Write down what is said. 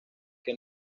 que